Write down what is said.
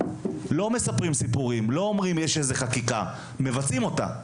לא מספרים סיפורים ואומרים שיש איזו חקיקה מבצעים אותה.